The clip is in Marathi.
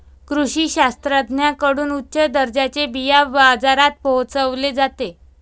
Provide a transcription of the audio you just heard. कृषी शास्त्रज्ञांकडून उच्च दर्जाचे बिया बाजारात पोहोचवले जाते